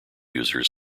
users